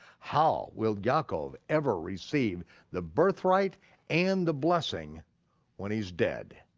how will yaakov ever receive the birth rite and the blessing when he's dead?